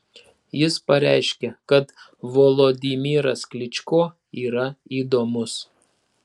jis pareiškė kad volodymyras klyčko yra įdomus